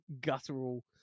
guttural